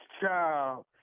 child